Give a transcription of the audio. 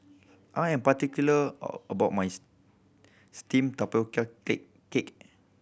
I am particular about my steamed tapioca cake